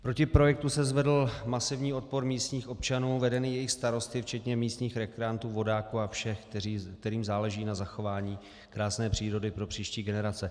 Proti projektu se zvedl masivní odpor místních občanů vedený jejich starosty včetně místních rekreantů, vodáků a všech, kterým záleží na zachování krásné přírody pro příští generace.